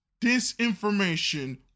disinformation